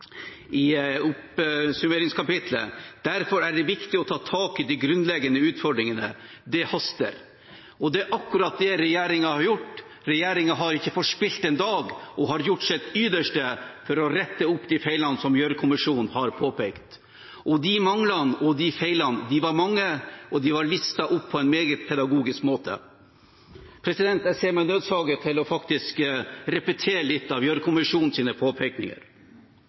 de grunnleggende utfordringene. Det haster.» Det er akkurat det regjeringen har gjort. Regjeringen har ikke forspilt en dag og har gjort sitt ytterste for å rette opp de feilene som Gjørv-kommisjonen har påpekt. De manglene og de feilene var mange, og de var listet opp på en meget pedagogisk måte. Jeg ser meg nødsaget til faktisk å repetere litt av Gjørv-kommisjonens påpekninger: